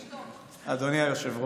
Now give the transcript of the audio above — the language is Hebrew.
שלא אצטרך לקרוא אותך שוב בקריאה ראשונה.